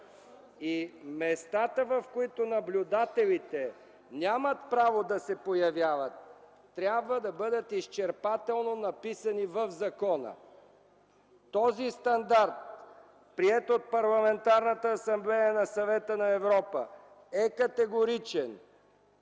„Местата, в които наблюдателите нямат право да се появяват, трябва да бъдат изчерпателно написани в закона.” Този стандарт, приет от Парламентарната